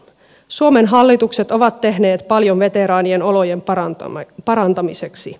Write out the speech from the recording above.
suomen hallitukset ovat tehneet paljon veteraanien olojen parantamiseksi